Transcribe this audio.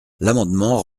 l’amendement